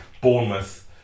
Bournemouth